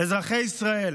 אזרחי ישראל,